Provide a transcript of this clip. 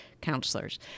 counselors